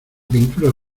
pintura